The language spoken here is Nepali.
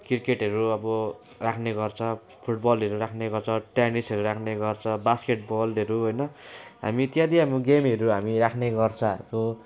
क्रिकेटहरू अब राख्ने गर्छ फुटबलहरू राख्ने गर्छ टेनिसहरू राख्ने गर्छ बास्केटबलहरू होइन हामी त्यहाँदेखि अब गेमहरू हामी राख्ने गर्छ अर्को